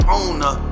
owner